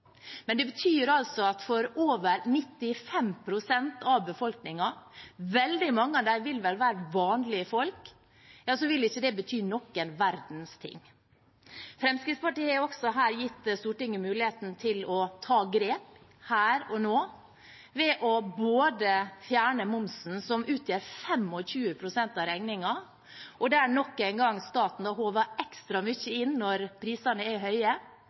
men det betyr altså at for over 95 pst. av befolkningen – veldig mange av dem vil vel være vanlige folk – vil ikke det bety noen verdens ting. Fremskrittspartiet har også her gitt Stortinget muligheten til å ta grep her og nå ved å fjerne momsen, som utgjør 25 pst. av regningen, og der staten nok en gang håver ekstra mye inn når prisene er høye.